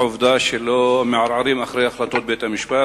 לעובדה שלא מערערים אחרי החלטות בית-המשפט,